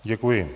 Děkuji.